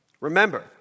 Remember